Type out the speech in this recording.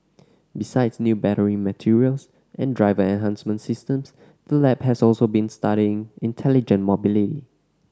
besides new battery materials and driver enhancement systems the lab has also been studying intelligent mobility